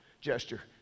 gesture